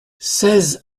seize